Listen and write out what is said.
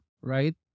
right